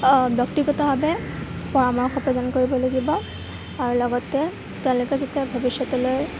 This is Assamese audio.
ব্যক্তিগতভাবে পৰামৰ্শ প্ৰদান কৰিব লাগিব আৰু লগতে তেওঁলোকে যাতে ভৱিষ্যতলৈ